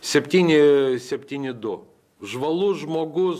septyni septyni du žvalus žmogus